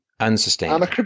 Unsustainable